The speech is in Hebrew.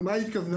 למה היא התכוונה?